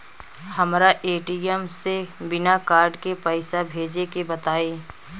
हमरा ए.टी.एम से बिना कार्ड के पईसा भेजे के बताई?